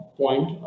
point